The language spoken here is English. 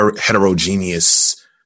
heterogeneous